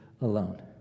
alone